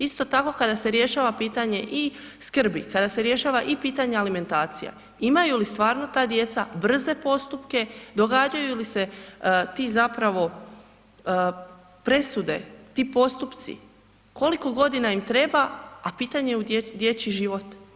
Isto tako kada se rješava pitanje i skrbi, kada se rješava i pitanja alimentacija, imaju li stvarno ta djeca brze postupke, događaju li se ti zapravo presude, ti postupci, koliko godina im treba, a u pitanju je dječji život.